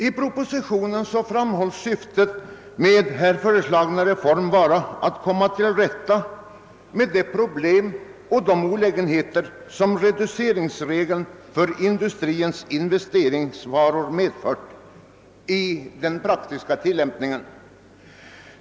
I propositionen angives syftet med den föreslagna reformen vara att komma till rätta med de problem och de olägenheter som reduceringsregeln för industrins investeringsvaror medfört i den praktiska tillämpningen.